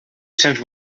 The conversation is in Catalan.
cents